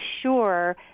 sure –